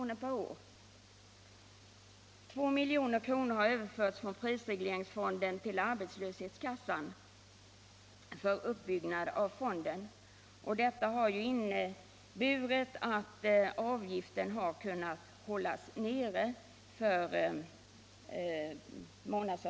per år, och 2 milj.kr. har överförts från prisregleringsfonden till arbetslöshetskassan för uppbyggnad av fonden. Detta har inneburit att månadsavgiften har kunnat hållas nere.